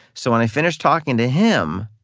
so when i finished talking to him,